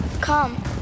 come